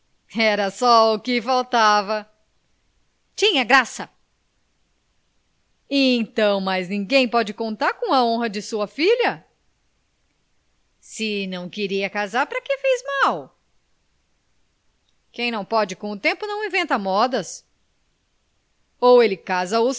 era só o que faltava tinha graça então mais ninguém pode contar com a honra de sua filha se não queria casar pra que fez mal quem não pode com o tempo não inventa modas ou